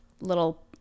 little